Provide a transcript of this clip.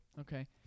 okay